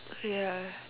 ya